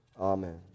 Amen